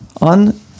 on